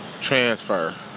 transfer